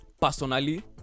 personally